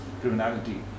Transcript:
criminality